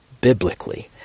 biblically